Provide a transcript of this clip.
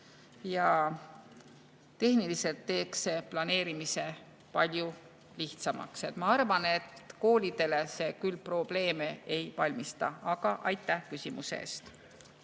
ja tehniliselt teeks see planeerimise palju lihtsamaks. Ma arvan, et koolidele see küll probleeme ei valmista. Aga aitäh küsimuse eest!